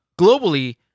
globally